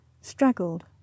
straggled